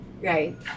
right